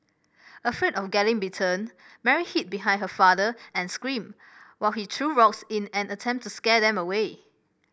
afraid of getting bitten Mary hid behind her father and screamed while he threw rocks in an attempt to scare them away